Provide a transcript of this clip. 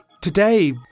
Today